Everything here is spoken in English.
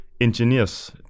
engineers